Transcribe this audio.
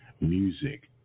music